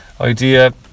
idea